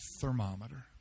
thermometer